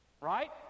right